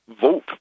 vote